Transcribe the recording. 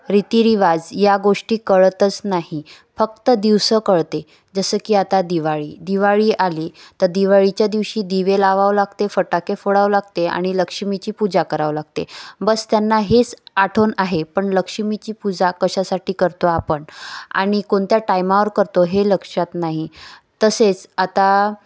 रीतीरिवाज या गोष्टी कळतच नाही फक्त दिवसं कळते जसं की आता दिवाळी दिवाळी आली तर दिवाळीच्या दिवशी दिवे लावावे लागते फटाके फोडावं लागते आणि लक्ष्मीची पूजा करावं लागते बस त्यांना हेच आठवण आहे पण लक्ष्मीची पूजा कशासाठी करतो आपण आणि कोणत्या टायमावर करतो हे लक्षात नाही तसेच आता